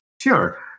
Sure